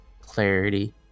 clarity